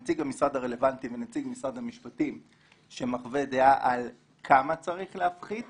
נציג המשרד הרלוונטי ונציג משרד המשפטים שמחווה דעה כמה צריך להפחית